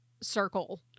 circle